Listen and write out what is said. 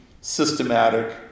systematic